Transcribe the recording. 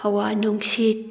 ꯍꯋꯥ ꯅꯨꯡꯁꯤꯠ